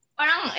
parang